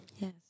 Yes